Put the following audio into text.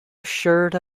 assured